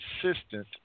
consistent